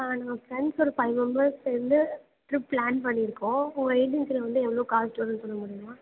ஆ நாங்கள் ஃப்ரெண்ட்ஸோட five members சேர்ந்து ட்ரிப் பிளான் பண்ணியிருக்கோம் உங்கள் ஏஜென்சியில் வந்து எவ்வளோ காஸ்ட் வரும்னு சொல்ல முடியுமா